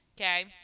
Okay